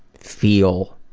feel